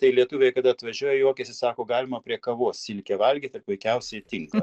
tai lietuviai kada atvažiuoja juokiasi sako galima prie kavos silkę valgyt ir puikiausiai tinka